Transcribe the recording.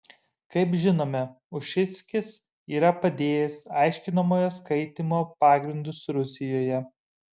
kaip žinome ušinskis yra padėjęs aiškinamojo skaitymo pagrindus rusijoje